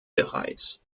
bereits